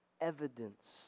evidence